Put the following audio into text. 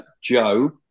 Joe